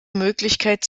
möglichkeit